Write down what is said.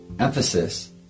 Emphasis